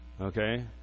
Okay